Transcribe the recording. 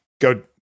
go